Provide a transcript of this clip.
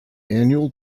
annual